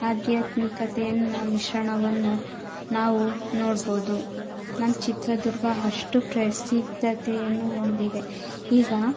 ಆಧ್ಯಾತ್ಮಿಕತೆಯನ್ನು ಮಿಶ್ರಣವನ್ನು ನಾವು ನೋಡ್ಬೋದು ನಮ್ಮ ಚಿತ್ರದುರ್ಗ ಅಷ್ಟು ಪ್ರಸಿದ್ಧತೆಯನ್ನು ಹೊಂದಿದೆ ಈಗ